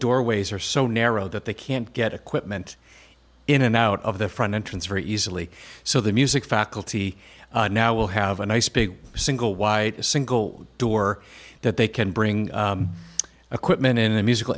doorways are so narrow that they can't get equipment in and out of the front entrance very easily so the music faculty now will have a nice big single wide single door that they can bring a quick men in a musical